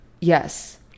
Yes